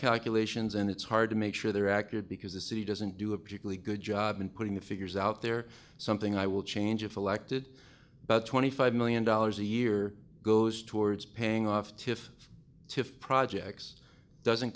calculations and it's hard to make sure they're accurate because the city doesn't do a particularly good job in putting the figures out there something i will change if elected but twenty five million dollars a year goes towards paying off to if projects doesn't